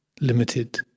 limited